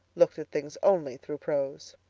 looked at things only through prose.